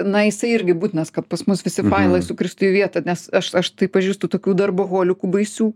na jisai irgi būtinas kad pas mus visi failai sukristų į vietą nes aš aš tai pažįstu tokių darboholikų baisių